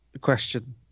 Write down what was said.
question